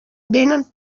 vénen